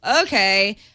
okay